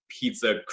pizza